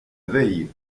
veille